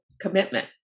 commitment